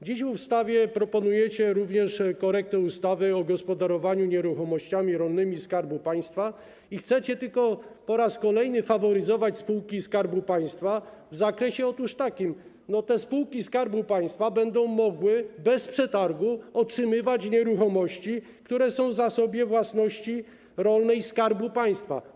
Dziś w ustawie proponujecie również korektę ustawy o gospodarowaniu nieruchomościami rolnymi Skarbu Państwa i chcecie po raz kolejny tylko faworyzować spółki Skarbu Państwa w takim oto zakresie: te spółki Skarbu Państwa będą mogły bez przetargu otrzymywać nieruchomości, które są w zasobie własności rolnej Skarbu Państwa.